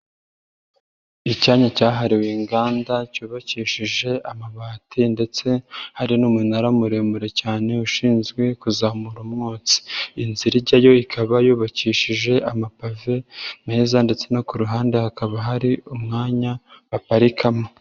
Icyanya cyahariwe inganda cyubakishije amabati ndetse hari n'umunara muremure cyane ushinzwe kuzamura umwotsi, inzira ijyayo ikaba yubakishije amapave meza ndetse no ku ruhande hakaba hari umwanya baparikamo.